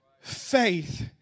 Faith